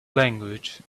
language